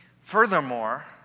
furthermore